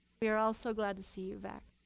we are all so glad to see you back.